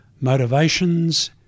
motivations